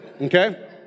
okay